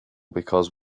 because